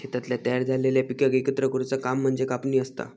शेतातल्या तयार झालेल्या पिकाक एकत्र करुचा काम म्हणजे कापणी असता